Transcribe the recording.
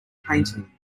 painting